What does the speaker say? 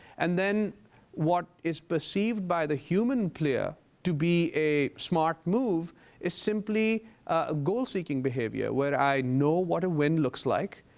and then what is perceived by the human player to be a smart move is simply a goal-seeking behavior where i know what a win looks like,